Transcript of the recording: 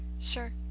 Sure